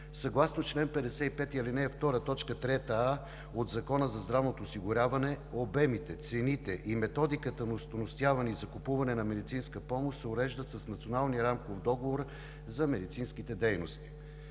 Съгласно чл. 55, ал. 2, т. 3а от Закона за здравното осигуряване обемите, цените и методиката на остойностяване и закупуване на медицинска помощ се уреждат с Националния рамков договор за медицинските дейности.